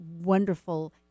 wonderful